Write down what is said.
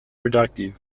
productive